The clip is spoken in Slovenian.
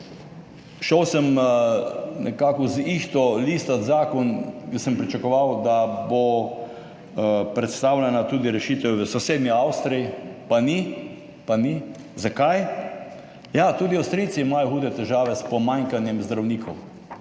sistemih. Nekako z ihto sem listal zakon. Jaz sem pričakoval, da bo predstavljena tudi rešitev v sosednji Avstriji, pa ni. Zakaj? Ja, tudi Avstrijci imajo hude težave s pomanjkanjem zdravnikov,